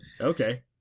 okay